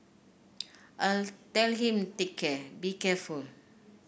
I tell him take care be careful work